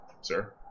Sir